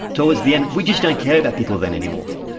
towards the end we just don't care about people then anymore,